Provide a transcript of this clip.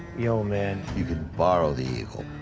yo, man. you can borrow the eagle.